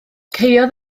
caeodd